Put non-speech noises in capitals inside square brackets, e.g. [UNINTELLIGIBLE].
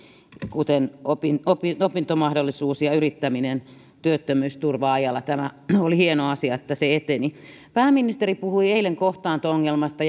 kuten opintomahdollisuus ja yrittäminen työttömyysturva ajalla oli hieno asia että se eteni pääministeri ja moni muukin puhui eilen kohtaanto ongelmasta [UNINTELLIGIBLE]